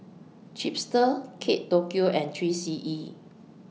Chipster Kate Tokyo and three C E